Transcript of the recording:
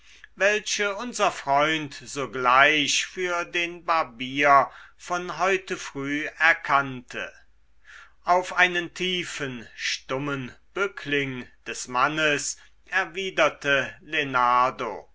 welche unser freund sogleich für den barbier von heute früh erkannte auf einen tiefen stummen bückling des mannes erwiderte